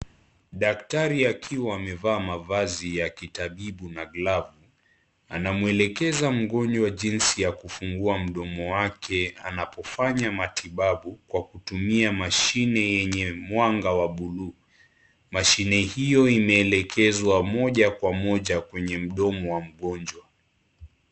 Daktari akiwa amevaa mavazi ya kitabu na glavu, akamwelekeza mgonjwa jinsi ya kufungua mdomo wake amapoanya matibabu kwa kutumia mashine yenye mwanga wa buluu. Mashine hiyo imeelekezwa moja kwa moja hadi kwenye mdomo wa mgonjwa.